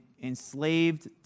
enslaved